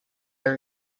are